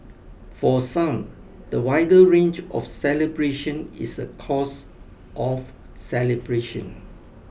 for some the wider range of celebrations is a cause of celebration